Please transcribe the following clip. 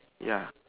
ya